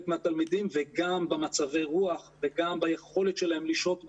מהתלמידים גם במצבי הרוח וגם ביכולת שלהם לשהות בבית,